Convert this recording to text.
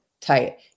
tight